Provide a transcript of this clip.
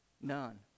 None